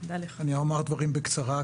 אני אומר דברים בקצרה.